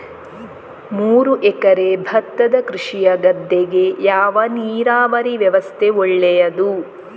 ಮೂರು ಎಕರೆ ಭತ್ತದ ಕೃಷಿಯ ಗದ್ದೆಗೆ ಯಾವ ನೀರಾವರಿ ವ್ಯವಸ್ಥೆ ಒಳ್ಳೆಯದು?